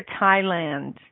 Thailand